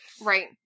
Right